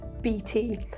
BT